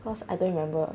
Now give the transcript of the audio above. cause I don't remember